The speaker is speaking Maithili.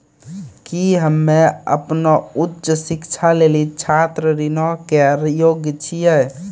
कि हम्मे अपनो उच्च शिक्षा लेली छात्र ऋणो के योग्य छियै?